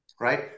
right